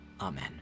amen